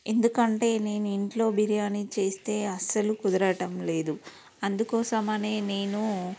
ఎందుకంటే నేను ఇంట్లో బిర్యానీ చేస్తే అస్సలు కుదరటం లేదు అందుకోసమనే నేను